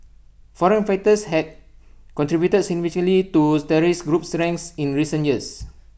foreign fighters have contributed significantly to terrorist group's ranks in recent years